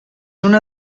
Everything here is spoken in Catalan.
una